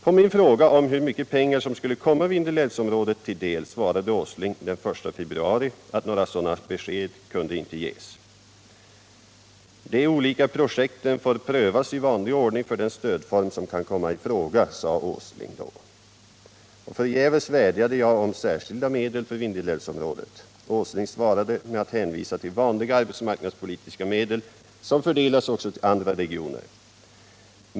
På min fråga om hur mycket pengar som skulle komma Vindelälvsområdet till del svarade herr Åsling den 1 februari att några sådana besked inte kunde ges. ”De olika projekten får prövas i vanlig ordning för den stödform som kan komma i fråga” , sade herr Åsling då. Förgäves vädjade jag om särskilda medel för Vindelälvsområdet. Herr Åsling svarade med att hänvisa till vanliga arbetsmarknadspolitiska medel, som fördelas också till andra regioner.